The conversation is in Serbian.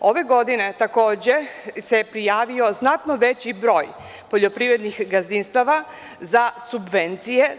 Ove godine takođe se prijavio znatno veći broj poljoprivrednih gazdinstava za subvencije.